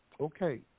okay